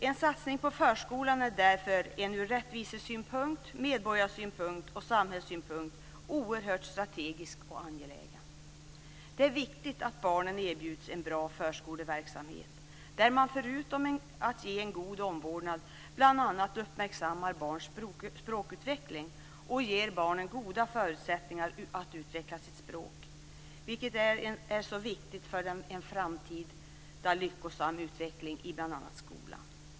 En satsning på förskolan är därför ur rättvisesynpunkt, ur medborgarsynpunkt och ur samhällssynpunkt oerhört strategisk och angelägen. Det är viktigt att barnen erbjuds en bra förskoleverksamhet, där man förutom att ge en god omvårdnad bl.a. uppmärksammar barns språkutveckling och ger barnen goda förutsättningar att utveckla sitt språk, något som är viktigt för en framtida lyckosam utveckling i bl.a. skolan.